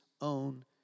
own